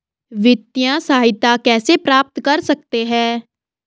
वित्तिय सहायता कैसे प्राप्त कर सकते हैं?